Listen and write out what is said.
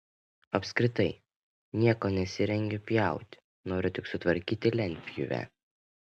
apskritai nieko nesirengiu pjauti noriu tik sutvarkyti lentpjūvę